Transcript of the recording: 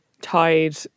tied